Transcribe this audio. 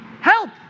Help